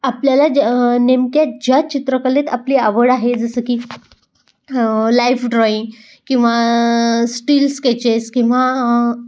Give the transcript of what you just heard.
आपल्याला ज्या नेमक्या ज्या चित्रकलेत आपली आवड आहे जसं की लाईफ ड्रॉईंग किंवा स्टील स्केचेस किंवा